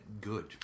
good